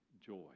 joy